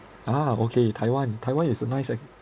a'ah okay taiwan taiwan is a nice eh